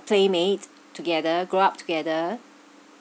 playmate together grow up together